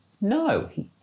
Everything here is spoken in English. no